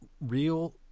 real